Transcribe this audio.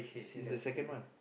she's the second one